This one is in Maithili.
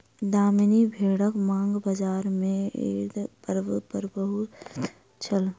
दामनी भेड़क मांग बजार में ईद पर्व पर बहुत छल